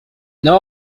não